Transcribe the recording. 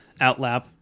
outlap